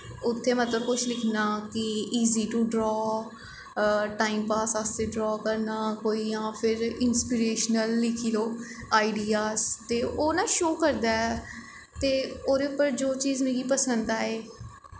उत्थें मतलब कुछ लिखना कि easy to draw time pass आस्तै ड्रा करना कोई जां फिर इंसप्रेशनल लिखी लो आईडिआस ते ओह् ना शो करदा ऐ ते ओह्दे उप्पर जो चीज़ मिगी पसंद आए